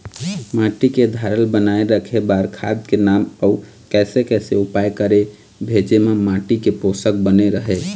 माटी के धारल बनाए रखे बार खाद के नाम अउ कैसे कैसे उपाय करें भेजे मा माटी के पोषक बने रहे?